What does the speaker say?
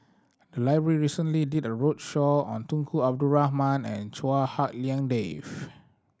the library recently did a roadshow on Tunku Abdul Rahman and Chua Hak Lien Dave